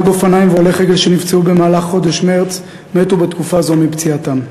נהג אופניים והולך רגל שנפצעו במהלך חודש מרס מתו בתקופה הזו מפציעתם.